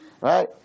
right